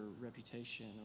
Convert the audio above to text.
reputation